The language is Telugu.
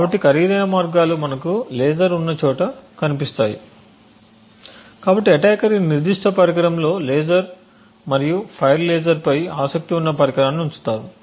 కాబట్టి ఖరీదైన మార్గాలు మనకు లేజర్ఉన్న చోట కనిపిస్తాయి కాబట్టి అటాకర్ ఈ నిర్దిష్ట పరికరంలో లేజర్ మరియు ఫైర్ లేజర్పై ఆసక్తి ఉన్న పరికరాన్ని ఉంచుతాము